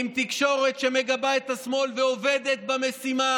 עם תקשורת שמגבה את השמאל ועובדת במשימה